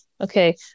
Okay